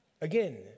Again